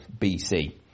BC